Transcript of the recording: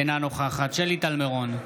אינה נוכחת שלי טל מירון,